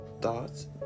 thoughts